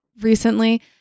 recently